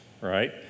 right